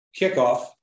kickoff